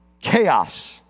chaos